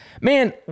Man